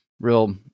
real